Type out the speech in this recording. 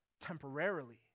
temporarily